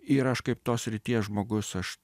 ir aš kaip tos srities žmogus aš